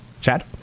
Chad